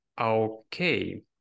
Okay